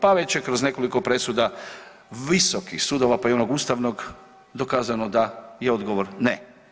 Pa, već je kroz nekoliko presuda visokih sudova, pa i onog Ustavnog dokazano da je odgovor – ne.